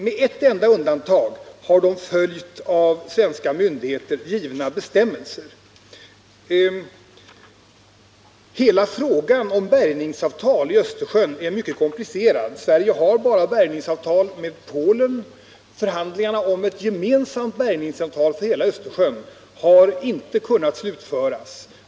Med ett enda undantag har de följt av svenska myndigheter utfärdade bestämmelser. Hela frågan om bärgningsavtal i Östersjön är mycket komplicerad. Sverige har bärgningsavtal bara med Polen. Förhandlingarna om ett gemensamt bärgningsavtal för hela Östersjön har inte kunnat slutföras.